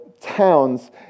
towns